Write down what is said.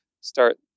Start